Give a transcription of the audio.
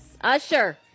Usher